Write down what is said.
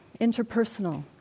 Interpersonal